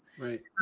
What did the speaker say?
Right